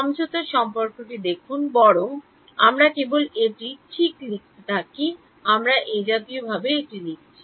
সমঝোতার সম্পর্কটি দেখুন বরং আমরা কেবল এটি ঠিক এটি লিখতে থাকি আমরা এ জাতীয়ভাবে এটি লিখছি